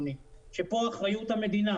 שכאן אחריות המדינה,